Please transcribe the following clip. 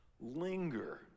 linger